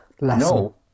No